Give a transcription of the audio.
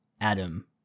Adam